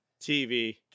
TV